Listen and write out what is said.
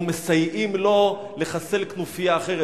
ומסייעים לו לחסל כנופיה אחרת,